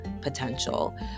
potential